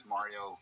Mario